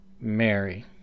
mary